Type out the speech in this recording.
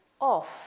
off